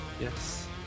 Yes